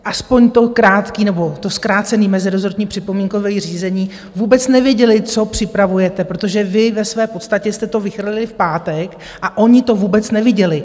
Alespoň to krátké nebo to zkrácené mezirezortní připomínkové řízení vůbec neviděly, co připravujete, protože vy ve své podstatě jste to vychrlili v pátek a oni to vůbec neviděli.